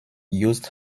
used